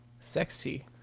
Sexy